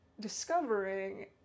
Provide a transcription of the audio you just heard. discovering